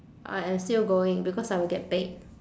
I am still going because I will get paid